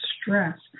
stress